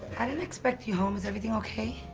i didn't expect you home. is everything okay?